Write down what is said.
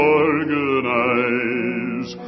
organize